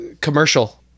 commercial